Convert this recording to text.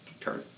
turn